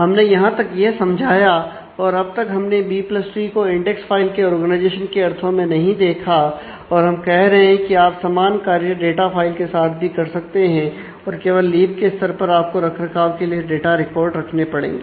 हमने यहां तक यह समझाया और अब तक हमने बी प्लस ट्री को इंडेक्स फाइल के ऑर्गनाइजेशन के अर्थों में नहीं देखा और हम कह रहे हैं कि आप समान कार्य डाटा फाइल के साथ भी कर सकते हैं और केवल लीफ के स्तर पर आपको रखरखाव के लिए डाटा रिकॉर्ड रखने पड़ेंगे